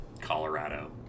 Colorado